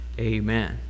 Amen